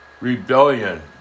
rebellion